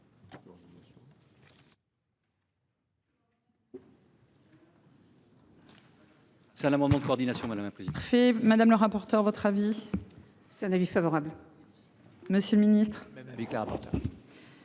C'est un amendement de coordination la main fait madame la rapporteure votre avis. C'est un avis favorable. Monsieur le Ministre